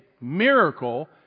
miracle